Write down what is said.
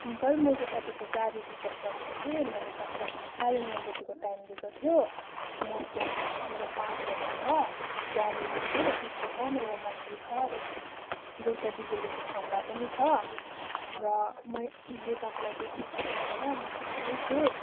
uncle मैले तपाईँको गाडी रिजर्व गरेको थिएँ मैले तपाईँलाई साढे नौ बजीको टाइम दिएको थियो म त्यहाँ एउटा पान दोकान छ त्यहाँनिर छु त्यसको छेउमा एउटा मन्दिर छ यो दुईवटा बिजुलीको खम्बा पनि छ र मैले तपाईँलाई देख्नसकेको छैन म त त्यहीँ छु